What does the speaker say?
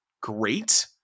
great